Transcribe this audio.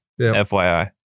FYI